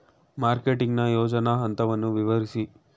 Marketing ನ ಯೋಜನಾ ಹಂತವನ್ನು ವಿವರಿಸಿ?